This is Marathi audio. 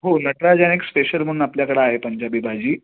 हो नटराजन एक स्पेशल म्हणून आपल्याकडं आहे पंजाबी भाजी